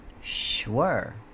sure